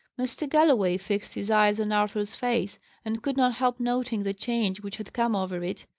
mr. galloway fixed his eyes on arthur's face and could not help noting the change which had come over it,